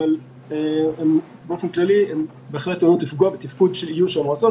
אבל באופן כללי הן עלולות לפגוע בתפקוד של איוש המועצות